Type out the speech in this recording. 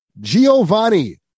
Giovanni